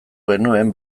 genuen